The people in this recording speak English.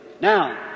Now